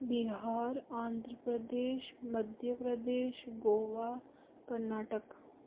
Bihar Andhra Pradesh Madhya Pradesh Goa Karnataka